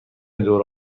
دوره